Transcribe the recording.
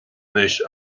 anois